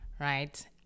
right